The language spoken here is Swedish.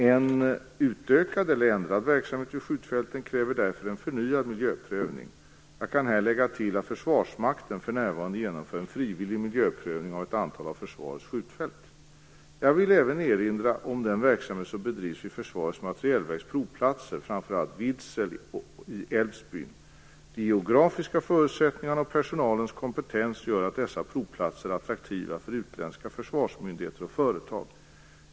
En utökad eller ändrad verksamhet vid skjutfälten kräver därför en förnyad miljöprövning. Jag kan här lägga till att Försvarsmakten för närvarande genomför en frivillig miljöprövning av ett antal av försvarets skjutfält. Jag vill här även erinra om den verksamhet som bedrivs vid Försvarets materielverks provplatser, framför allt vid Vidsel i Älvsbyn. De geografiska förutsättningarna och personalens kompetens gör dessa provplatser attraktiva för utländska försvarsmyndigheter och företag.